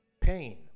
pain